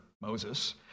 Moses